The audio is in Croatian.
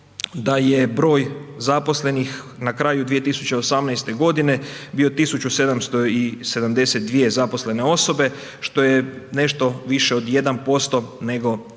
da je broj zaposlenih na kraju 2018. godine bio 1.772 zaposlene osobe što je nešto više od 1% nego 2017.